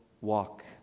walk